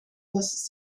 was